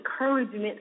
encouragement